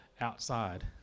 outside